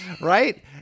Right